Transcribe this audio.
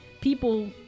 people